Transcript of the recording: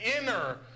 inner